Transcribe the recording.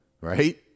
right